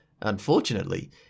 Unfortunately